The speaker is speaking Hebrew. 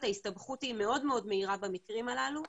ההסתבכות היא מאוד מאוד מהירה במקרים הללו,